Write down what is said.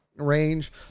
range